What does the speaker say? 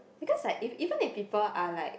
because like if even if people are like